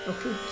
Okay